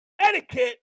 etiquette